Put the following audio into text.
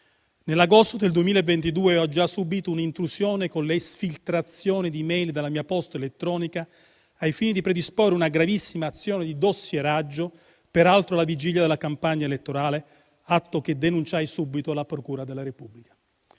Nell'agosto del 2022 ho già subito un'intrusione con l'esfiltrazione di *mail* dalla mia posta elettronica, ai fini di predisporre una gravissima azione di dossieraggio, peraltro alla vigilia della campagna elettorale (atto che denunciai subito alla procura della Repubblica).